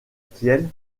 kiel